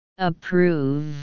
Approve